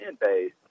base